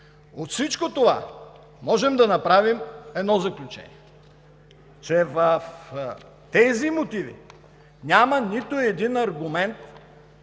От всичко това можем да направим едно заключение: че в тези мотиви няма нито един аргумент